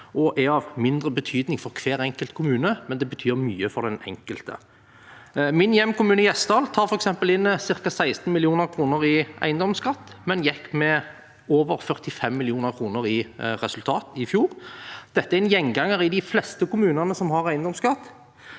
og er av mindre betydning for hver enkelt kommune, men det betyr mye for den enkelte. Min hjemkommune, Gjesdal, tar f.eks. inn ca. 16 mill. kr i eiendomsskatt, men gikk med over 45 mill. kr i resultat i fjor. Dette er en gjenganger i de fleste kommunene som har eiendomsskatt.